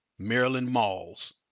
maryland malls.